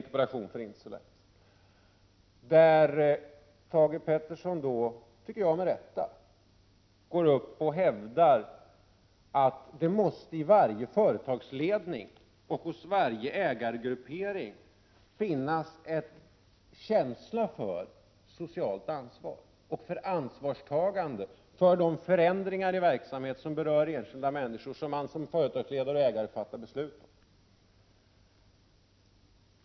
Thage G Peterson hävdade då — med all rätt, tycker jagatt det hos varje företagsledning och inom varje ägargruppering måste finnas en känsla för socialt ansvar och ett ansvarstagande för de förändringar i verksamheten som berör enskilda människor och som företagsledare och ägare av företag fattar beslut om.